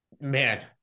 man